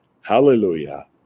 Hallelujah